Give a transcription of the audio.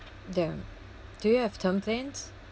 there do you have term plans